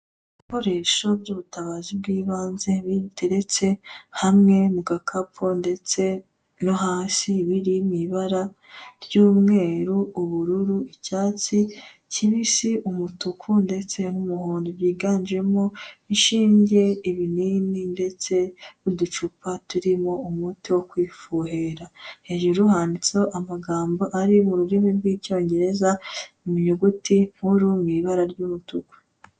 Ibikoresho by'ubutabazi bw'ibanze biteretse hamwe mu gakapu ndetse no hasi, biri mu ibara ry'umweru, ubururu, icyatsi kibisi, umutuku ndetse n'umuhondo, byiganjemo inshinge, ibinini ndetse n'uducupa turimo umuti wo kwifuhera. Hejuru handitse amagambo ari mu rurimi rw'icyongereza mu nyuguti nkuru mu ibara ry'umutuku.